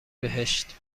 بهشت